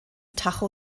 tacho